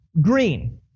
green